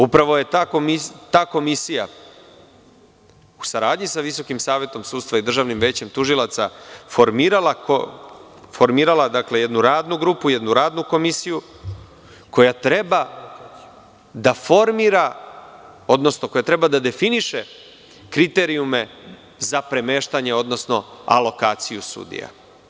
Upravo je ta komisija, u saradnji sa Visokim savetom sudstva i Državnim većem tužilaca, formirala jednu radnu grupu, jednu radnu komisiju, koja treba da formira odnosno koja treba da definiše kriterijume za premeštanje odnosno alokaciju sudija.